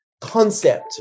concept